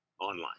online